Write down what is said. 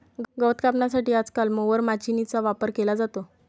गवत कापण्यासाठी आजकाल मोवर माचीनीचा वापर केला जातो